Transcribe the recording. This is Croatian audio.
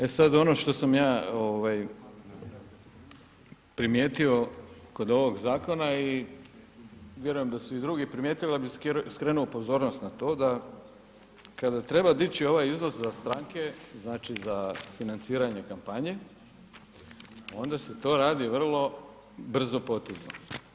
E sada što sam ja primijetio kod ovog zakona i vjerujem da su i drugi primijetili, skrenuo pozornost na to da kada treba dići ovaj iznos za stranke, znači za financiranje kampanje, onda se to radi vrlo brzopotezno.